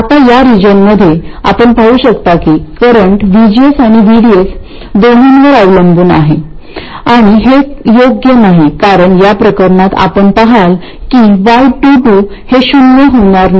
आता या रिजनमध्ये आपण पाहू शकता की करंट VGS आणि VDS दोन्हीवर अवलंबून आहे आणि हे योग्य नाही कारण या प्रकरणात आपण पहाल की y 2 2 हे शून्य होणार नाही